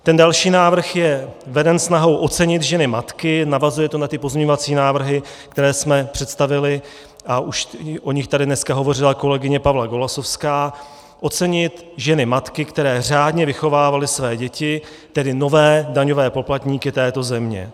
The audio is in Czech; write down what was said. Ten další návrh je veden snahou ocenit ženy matky navazuje to na pozměňovací návrhy, které jsme představili, a už o nich tady dneska hovořila kolegyně Pavla Golasowská které řádně vychovávaly své děti, tedy nové daňové poplatníky této země.